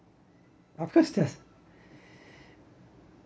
of course does